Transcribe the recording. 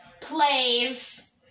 plays